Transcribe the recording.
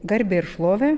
garbę ir šlovę